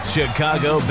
Chicago